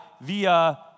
via